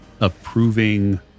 approving